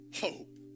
hope